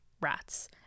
rats